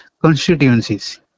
constituencies